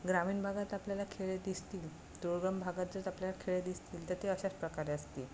ग्रामीण भागात आपल्याला खेळ दिसतील दुर्गम भागात जर आपल्या खेळ दिसतील तर ते अशाच प्रकारे असतील